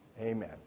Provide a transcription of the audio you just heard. Amen